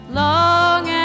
long